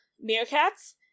meerkats